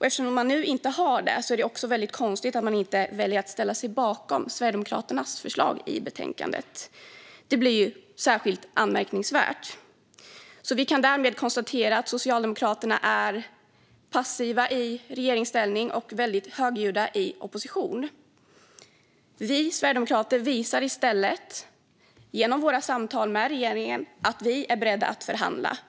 Eftersom de inte har det är det också väldigt konstigt att de inte väljer att ställa sig bakom Sverigedemokraternas förslag i betänkandet. Det blir ju särskilt anmärkningsvärt. Vi kan därmed konstatera att Socialdemokraterna är passiva i regeringsställning och väldigt högljudda i opposition. Vi sverigedemokrater visar i stället genom våra samtal med regeringen att vi är beredda att förhandla.